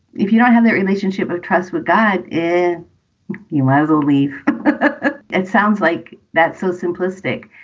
if you don't have the relationship of trust with god in you, leslie. ah it sounds like that's so simplistic.